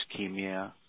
ischemia